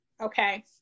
Okay